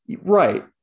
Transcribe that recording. Right